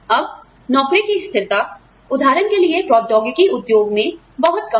अब नौकरी की स्थिरता उदाहरण के लिए प्रौद्योगिकी उद्योग मे बहुत कम है